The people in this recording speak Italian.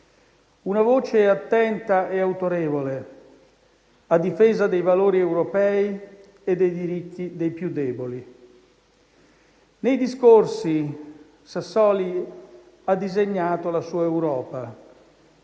una voce attenta e autorevole a difesa dei valori europei e dei diritti dei più deboli. Nei discorsi Sassoli ha disegnato la sua Europa,